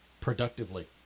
productively